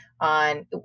on